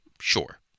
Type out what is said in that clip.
sure